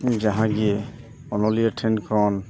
ᱡᱟᱦᱟᱸ ᱜᱮ ᱚᱱᱚᱞᱤᱭᱟᱹ ᱴᱷᱮᱱ ᱠᱷᱚᱱ